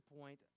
point